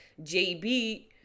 JB